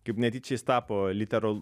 kaip netyčia jis tapo literal